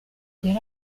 yari